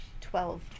Twelve